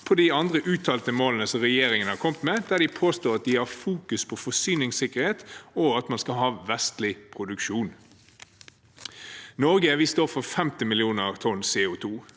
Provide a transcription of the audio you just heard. på de andre uttalte målene regjeringen har kommet med, der de påstår at de fokuserer på forsyningssikkerhet og at man skal ha vestlig produksjon. Norge står for 50 millioner tonn CO2